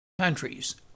countries